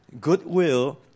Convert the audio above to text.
goodwill